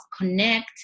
connect